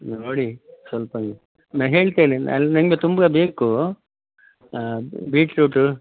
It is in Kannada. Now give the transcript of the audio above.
ನೋಡಿ ಸ್ವಲ್ಪ ನೀವು ನಾ ಹೇಳ್ತೇನೆ ನನಗೆ ತುಂಬ ಬೇಕು ಬೀಟ್ರೋಟ್